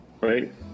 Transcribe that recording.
right